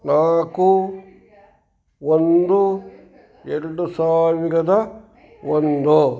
ನಾಲ್ಕು ಒಂದು ಎರಡು ಸಾವಿರದ ಒಂದು